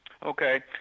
Okay